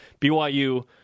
BYU